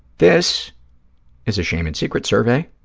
this is a shame and secrets survey.